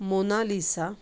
Mona Lisa